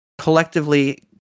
collectively